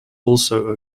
also